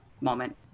moment